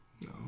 No